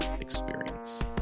experience